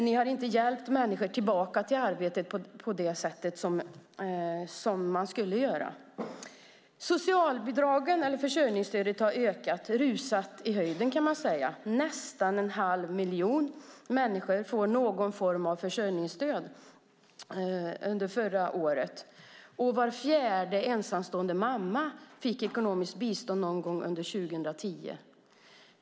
Ni har inte hjälpt människor tillbaka till arbete på det sätt som man skulle göra. Socialbidragen, eller försörjningsstöden, har ökat. Man kan säga att de har rusat i höjden. Nästan en halv miljon människor fick under förra året någon form av försörjningsstöd, och var fjärde ensamstående mamma fick ekonomiskt bistånd någon gång under 2010.